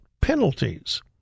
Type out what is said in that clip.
penalties